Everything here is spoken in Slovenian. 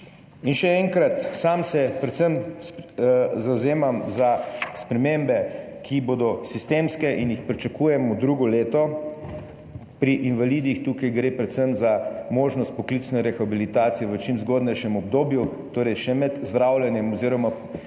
še enkrat, sam se predvsem zavzemam za spremembe, ki bodo sistemske in jih pričakujemo drugo leto. Pri invalidih gre tukaj predvsem za možnost poklicne rehabilitacije v čim zgodnejšem obdobju, torej še med zdravljenjem oziroma zdravstveno